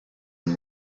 and